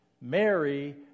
Mary